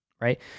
right